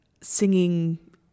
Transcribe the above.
singing